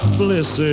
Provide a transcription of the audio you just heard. bliss